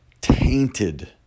tainted